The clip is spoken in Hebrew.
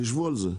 תשבו על זה.